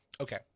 okay